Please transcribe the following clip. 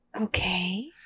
Okay